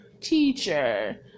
teacher